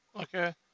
Okay